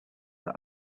that